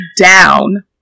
down